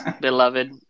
beloved